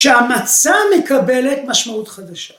‫שהמצה מקבלת משמעות חדשה.